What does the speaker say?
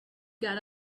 got